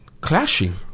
clashing